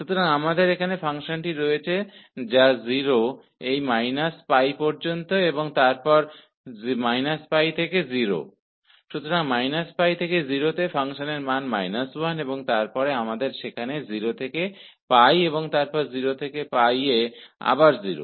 तो हमारे पास यहां यह फ़ंक्शन है जिसका मान इस −π तक 0 है और फिर −π से 0 में फ़ंक्शन का मान −1 है और फिर हमारे पास यहाँ 0 से π में इस फंक्शन का मान 1 है